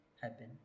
happen